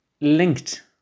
linked